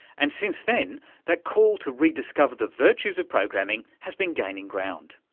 and since then that call to rediscover the virtues of programming has been gaining ground.